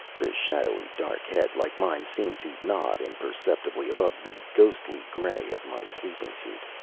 the shadowy, dark head, like mine, seemed to nod imperceptibly above the ghostly gray of my sleeping suit.